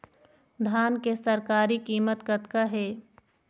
धान के सरकारी कीमत कतका हे?